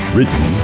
Written